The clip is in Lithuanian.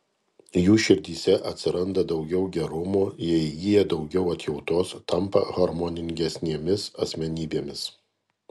jų širdyse atsiranda daugiau gerumo jie įgyja daugiau atjautos tampa harmoningesnėmis asmenybėmis